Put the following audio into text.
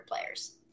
players